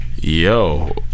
Yo